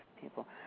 people